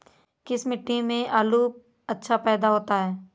किस मिट्टी में आलू अच्छा पैदा होता है?